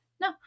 No